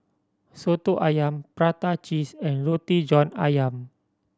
Soto Ayam prata cheese and Roti John Ayam